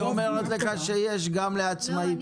היא אומרת לך שיש גם לעצמאים.